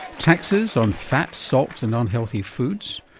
taxes on fat, salt and unhealthy foods,